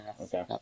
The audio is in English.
Okay